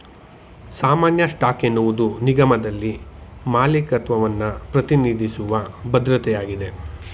ಸಾಮಾನ್ಯ ಸ್ಟಾಕ್ ಎನ್ನುವುದು ನಿಗಮದಲ್ಲಿ ಮಾಲೀಕತ್ವವನ್ನ ಪ್ರತಿನಿಧಿಸುವ ಭದ್ರತೆಯಾಗಿದೆ